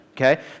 okay